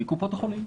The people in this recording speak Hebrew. מקופות החולים,